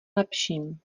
lepším